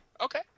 Okay